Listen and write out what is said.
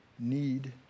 need